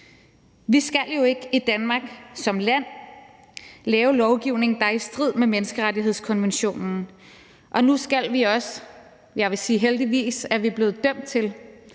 Vi skal jo ikke i Danmark som land lave lovgivning, der er i strid med menneskerettighedskonventionen, og nu skal vi også – og jeg vil sige, at heldigvis er vi blevet dømt til